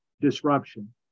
disruption